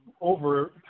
over